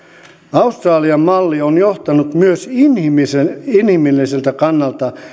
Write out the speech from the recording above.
australian malli on johtanut myös inhimilliseltä kannalta